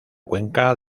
cuenca